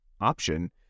option